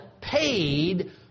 paid